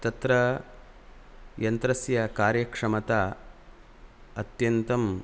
तत्र यन्त्रस्य कार्यक्षमता अत्यन्तं